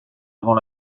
avant